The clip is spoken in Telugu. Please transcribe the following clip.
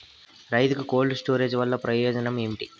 రైతుకు కోల్డ్ స్టోరేజ్ వల్ల ప్రయోజనం ఏమి?